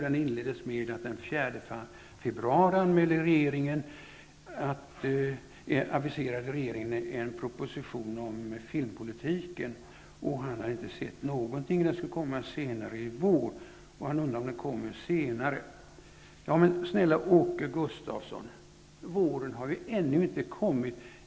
Den inleddes med att den 4 februari aviserade regeringen en proposition om filmpolitiken. Han hade inte sett någonting. Den skulle komma senare i vår, och han undrar om den kommer senare. Snälla Åke Gustavsson: Våren har ännu inte kommit.